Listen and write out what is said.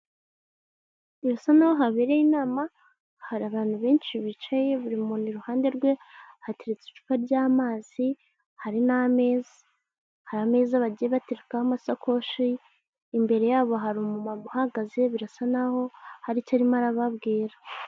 Birasa n'aho habereye inama, hari abantu benshi bicaye, buri muntu iruhande rwe hateretse icupa ry'amazi hari n'ameza. Hari ameza bagiye bateragaho amasakoshi, imbere yabo hari umumama uhagaze, birasa naho hari icyo arimo arababwira.